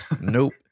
Nope